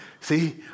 see